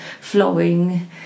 flowing